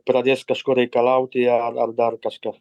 pradės kažko reikalauti ar ar dar kažką